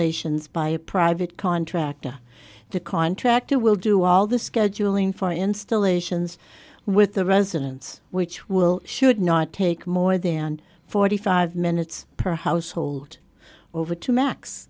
installations by a private contractor the contractor will do all the scheduling for installations with the residence which will should not take more than forty five minutes per household over two max